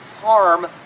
harm